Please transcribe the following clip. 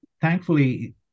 thankfully